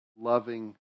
loving